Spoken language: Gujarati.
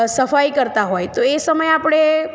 સફાઈ કરતા હોય તો એ સમયે આપણે